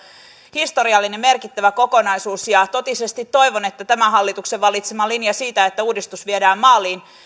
historiallinen merkittävä kokonaisuus ja totisesti toivon että tämän hallituksen valitsema linja siitä että uudistus viedään maaliin